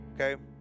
Okay